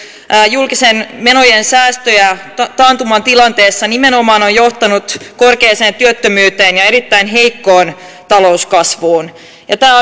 julkisten menojen säästöt taantumatilanteessa nimenomaan ovat johtaneet korkeaan työttömyyteen ja erittäin heikkoon talouskasvuun ja tämä